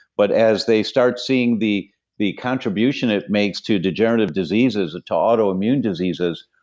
but as they start seeing the the contribution it makes to degenerative diseases, to autoimmune diseases,